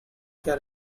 care